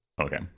Okay